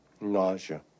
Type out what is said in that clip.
Nausea